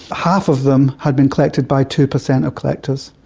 half of them had been collected by two percent of collectors.